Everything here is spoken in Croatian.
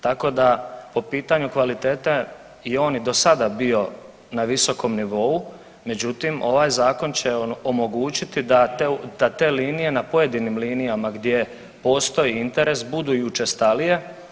Tako da po pitanju kvalitete i on je do sada bio na visokom nivou, međutim ovaj zakon će omogućiti da te linije na pojedinim linijama gdje postoji interes budu i učestalije.